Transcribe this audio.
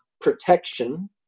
protection